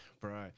Bro